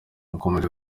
yakomeje